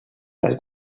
res